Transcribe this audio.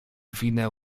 winę